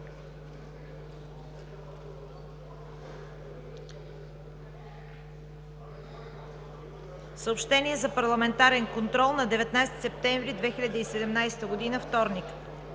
Съобщения за парламентарен контрол на 19 септември 2017 г., вторник: